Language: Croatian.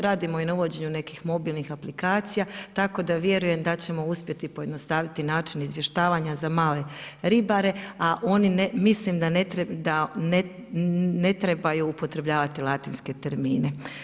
Radimo i na uvođenju nekih mobilnih aplikacija, tako da vjerujem da ćemo uspjeti pojednostaviti način izvještavanja za male ribare, a oni mislim da ne trebaju upotrebljavati latinske termine.